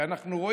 כי אנו רואים,